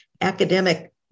Academic